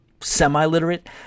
semi-literate